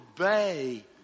obey